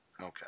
Okay